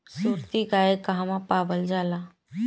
सुरती गाय कहवा पावल जाला?